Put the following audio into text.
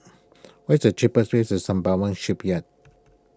what's the cheapest ways to Sembawang Shipyard